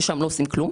שם לא עושים כלום,